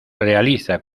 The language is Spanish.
realiza